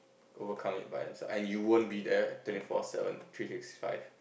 overcome it by himself and you won't be there twenty four seven three six five